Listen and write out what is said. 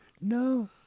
No